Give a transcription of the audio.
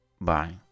Bye